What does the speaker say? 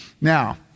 Now